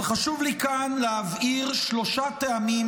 אבל חשוב לי להבהיר כאן שלושה טעמים